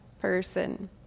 person